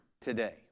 today